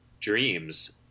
dreams